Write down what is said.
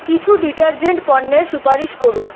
কিছু ডিটারজেন্ট পণ্যের সুপারিশ করুন